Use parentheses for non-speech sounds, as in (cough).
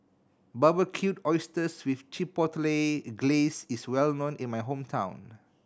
Barbecued Oysters with Chipotle (unintelligible) Glaze is well known in my hometown